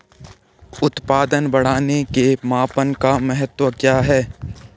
उत्पादन बढ़ाने के मापन का महत्व क्या है?